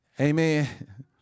Amen